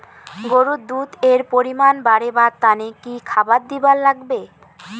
গরুর দুধ এর পরিমাণ বারেবার তানে কি খাবার দিবার লাগবে?